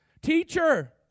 Teacher